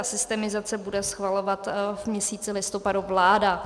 A systemizaci bude schvalovat v měsíci listopadu vláda.